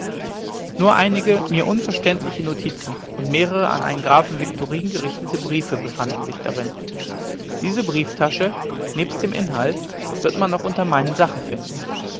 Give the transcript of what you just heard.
nur einige mir unverständliche notizen und mehrere an einen grafen viktorin gerichtete briefe befanden sich darin diese brieftasche nebst dem inhalt wird man noch unter meinen sachen finden